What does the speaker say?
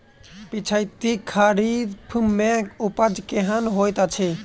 पिछैती खरीफ मे उपज केहन होइत अछि?